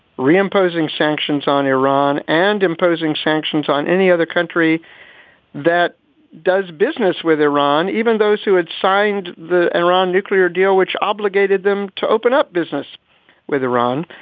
re-imposing sanctions on iran and imposing sanctions on any other country that does business with iran, even those who had signed the iran nuclear deal, which obligated them to open up business with iran.